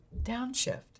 downshift